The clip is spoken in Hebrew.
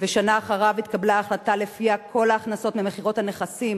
ושנה אחריו התקבלה החלטה שלפיה כל ההכנסה ממכירת הנכסים,